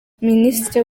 minisitiri